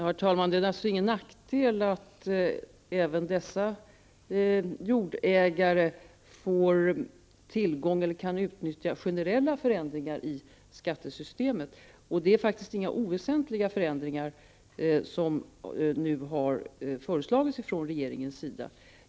Herr talman! Det är alltså ingen nackdel att även dessa jordägare kan utnyttja generella förändringar i skattesystemet. Det är faktiskt inga oväsentliga förändringar som nu har föreslagits av regeringen.